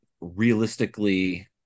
realistically –